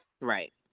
Right